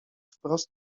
wprost